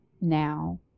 now